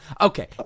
okay